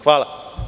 Hvala.